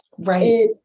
Right